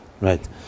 Right